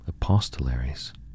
apostolaries